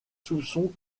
soupçons